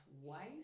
twice